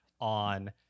on